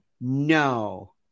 No